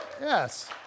Yes